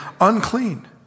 unclean